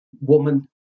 woman